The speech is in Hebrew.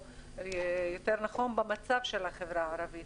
יותר נכון במצב של החברה הערבית